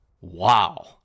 wow